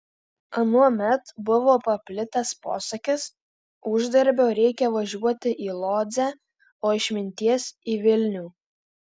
anuomet buvo paplitęs posakis uždarbio reikia važiuoti į lodzę o išminties į vilnių